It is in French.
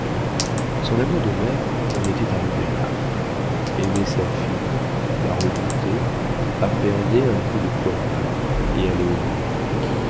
son amour de mère en était arrivé là aimer sa fille la redouter appréhender un coup de poignard et aller au-devant